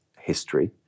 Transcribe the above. history